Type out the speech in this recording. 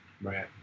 right